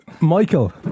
Michael